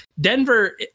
Denver